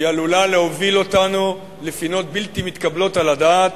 היא עלולה להוביל אותנו לפינות בלתי מתקבלות על הדעת.